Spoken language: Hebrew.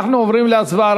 אנחנו עוברים להצבעה,